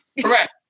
Correct